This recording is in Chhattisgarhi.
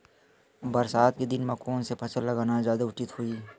बरसात के दिन म कोन से फसल लगाना जादा उचित होही?